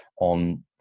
on